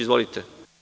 Izvolite.